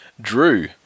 Drew